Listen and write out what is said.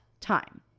time